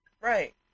Right